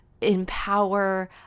empower